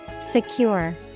Secure